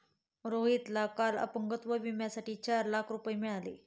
रोहितला काल अपंगत्व विम्यासाठी चार लाख रुपये मिळाले